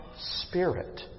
spirit